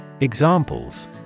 Examples